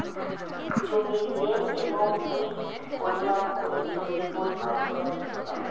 জমির লেন্থ এবং উইড্থ পরিমাপ করে জমির পরিমান বলা যেতে পারে